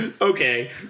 Okay